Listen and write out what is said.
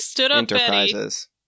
Enterprises